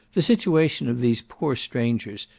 the situation of these poor strangers,